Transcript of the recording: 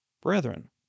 Brethren